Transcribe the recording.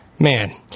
Man